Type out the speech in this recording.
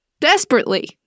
desperately